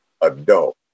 adult